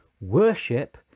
worship